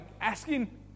asking